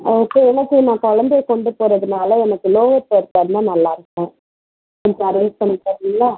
okay எனக்கு நான் கொழந்தைய கொண்டு போகிறதுனால எனக்கு லோயர் பெர்த்தாக இருந்தால் நல்லாயிருக்கும் கொஞ்சம் அரேஞ்ச் பண்ணி தரீங்களா